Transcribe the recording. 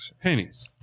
Pennies